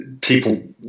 people